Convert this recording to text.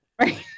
Right